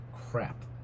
crap